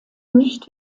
nicht